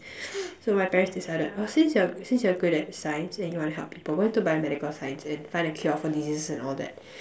so my parents decided oh since you're since you're good at science and you want to help people why don't do biomedical science and find a cure for diseases and all that